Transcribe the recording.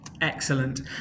Excellent